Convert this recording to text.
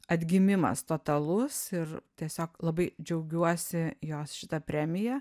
atgimimas totalus ir tiesiog labai džiaugiuosi jos šita premija